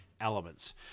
elements